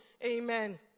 Amen